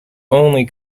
only